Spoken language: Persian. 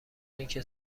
اینکه